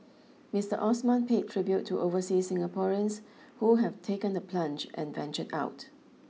Mister Osman paid tribute to overseas Singaporeans who have taken the plunge and ventured out